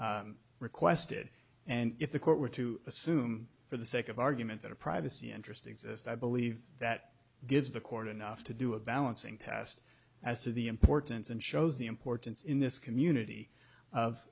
requested and if the court were to assume for the sake of argument that a privacy interest exists i believe that gives the court enough to do a balancing test as to the importance and shows the importance in this community of